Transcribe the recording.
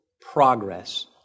progress